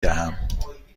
دهم